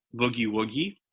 boogie-woogie